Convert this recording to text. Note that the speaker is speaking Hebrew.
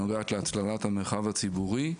שנוגעת להצללת המרחב הציבורי.